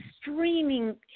streaming